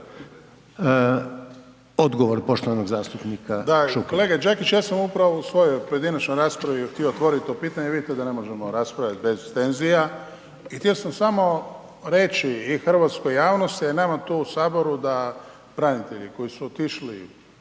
Odgovor poštovanog zastupnika Šukera. **Šuker, Ivan (HDZ)** Kolega Đakić, ja sam upravo u svojoj pojedinačnoj raspravi htio otvoriti to pitanje i vidite da ne možemo raspravljati bez tenzija. I htio sam samo reći i hrvatskoj javnosti, a i nama tu u Saboru da branitelji koji su otišli